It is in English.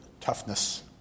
toughness